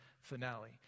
finale